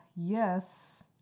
Yes